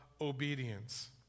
obedience